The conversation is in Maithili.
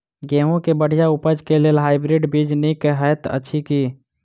गेंहूँ केँ बढ़िया उपज केँ लेल हाइब्रिड बीज नीक हएत अछि की?